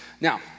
Now